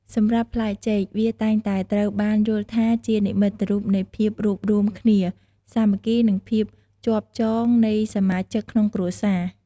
សម្រាប់ផ្លែចេក វាតែងតែត្រូវបានយល់ថាជានិមិត្តរូបនៃភាពរួបរួម គ្នា សាមគ្គី និងភាពជាប់ចងនៃសមាជិកក្នុងគ្រួសារ។